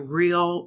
real